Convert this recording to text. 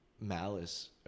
malice